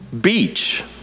beach